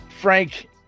Frank